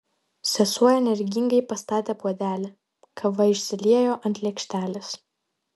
sesuo energingai pastatė puodelį kava išsiliejo ant lėkštelės